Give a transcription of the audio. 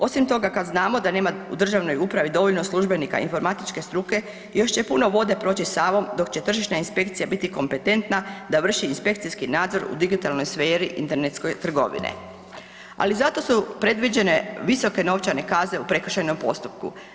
Osim toga kad znamo da nema u državnoj upravi dovoljno službenika informatičke struke još će puno vode proći Savom dok će tržišna inspekcija biti kompetentna da vrši inspekcijski nadzor u digitalnoj sferi internetskoj trgovine, ali zato su predviđene visoke novčane kazne u prekršajnom postupku.